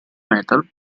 metal